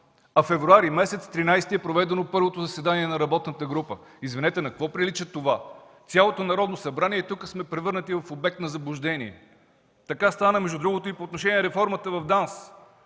13 февруари е проведено първото заседание на работната група. Извинете, на какво прилича това? Цялото Народно събрание тук сме превърнати в обект на заблуждение. Така стана, между другото, и по отношение реформата в ДАНС.